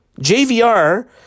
JVR